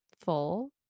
full